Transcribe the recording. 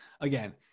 again